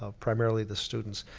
ah primarily the students.